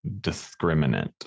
discriminant